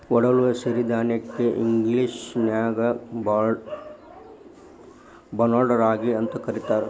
ಒಡಲು ಸಿರಿಧಾನ್ಯಕ್ಕ ಇಂಗ್ಲೇಷನ್ಯಾಗ ಬಾರ್ನ್ಯಾರ್ಡ್ ರಾಗಿ ಅಂತ ಕರೇತಾರ